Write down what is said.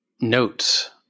notes